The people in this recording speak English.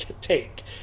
take